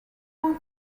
want